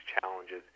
challenges